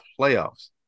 playoffs